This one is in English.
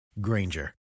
Granger